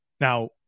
Now